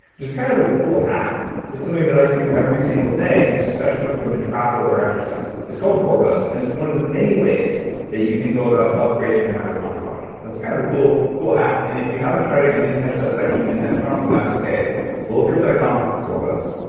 which is kind of a cool hack it's something that i do every single day, and especially when i'm going to travel or exercise. it's called forbose, and it's one of the many ways that you can go about upgrading your mitochondrial function. that's kind of a cool hack, and if you haven't tried it, you didn't catch that section in headstrong, that's okay bulletproof dot com, forbose